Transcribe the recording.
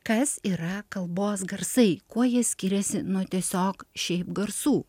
kas yra kalbos garsai kuo jie skiriasi nuo tiesiog šiaip garsų